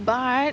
but